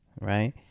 right